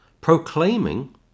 Proclaiming